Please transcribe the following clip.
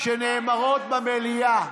שנאמרות במליאה,